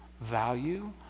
value